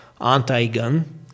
anti-gun